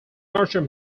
nurture